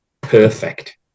perfect